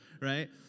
right